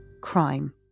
crime